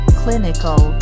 clinical